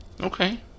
okay